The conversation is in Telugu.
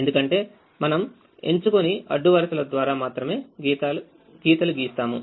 ఎందుకంటే మనం ఎంచుకొని అడ్డు వరుసల ద్వారా మాత్రమేగీతలు గీస్తాము